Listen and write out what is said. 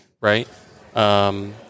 right